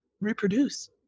reproduce